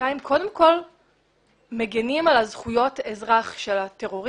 הפוליטיקאים מגינים יותר על זכויות האזרח של הטרוריסטים,